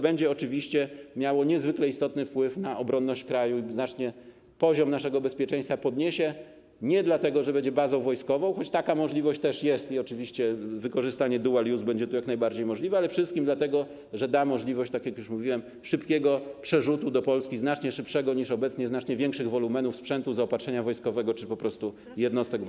Będzie oczywiście miało niezwykle istotny wpływ na obronność kraju i znacznie podniesie poziom naszego bezpieczeństwa nie dlatego, że będzie bazą wojskową, choć taka możliwość też jest i oczywiście wykorzystanie dual-use będzie jak najbardziej możliwe, ale przede wszystkim dlatego, że da możliwość, tak jak już mówiłem, szybkiego przerzutu do Polski, znacznie szybszego niż obecnie, znacznie większych wolumenów sprzętu zaopatrzenia wojskowego czy po prostu jednostek wojskowych.